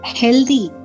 healthy